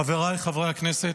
חבריי חברי הכנסת,